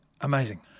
Amazing